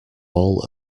all